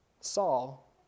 Saul